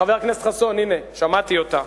חבר הכנסת חסון, הנה, שמעתי אותה.